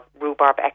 rhubarb